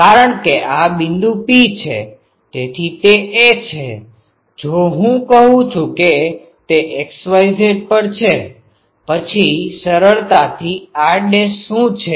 કારણ કે આ બિંદુ P છે તેથી તે A છે જો હું કહું છું કે તે x y z પર છે પછી સરળતાથી r ડેશ શું છે